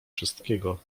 wszystkiego